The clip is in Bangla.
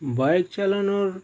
বাইক চালানোর